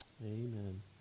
Amen